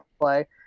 play